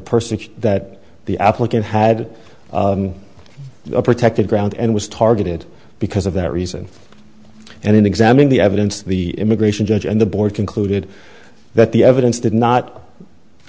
person that the applicant had protected ground and was targeted because of that reason and in examine the evidence the immigration judge and the board concluded that the evidence did not